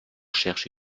cherche